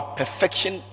perfection